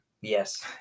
Yes